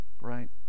right